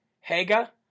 Haga